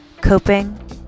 coping